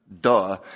duh